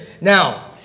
Now